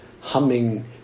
humming